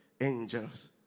angels